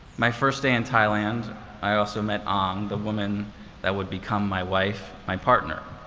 my first day in thailand i also met ang, the woman that would become my wife, my partner.